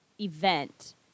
event